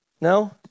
No